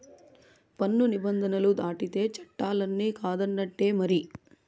పన్ను నిబంధనలు దాటితే చట్టాలన్ని కాదన్నట్టే మరి